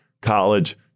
College